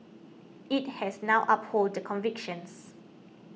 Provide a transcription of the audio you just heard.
it has now upheld the convictions